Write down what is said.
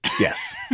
Yes